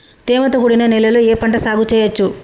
తేమతో కూడిన నేలలో ఏ పంట సాగు చేయచ్చు?